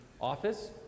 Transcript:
office